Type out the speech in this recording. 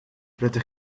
rydych